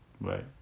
Right